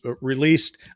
released